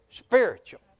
Spiritual